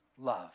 Love